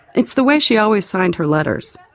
it's the way she always signed her letters,